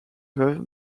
veuve